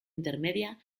intermedia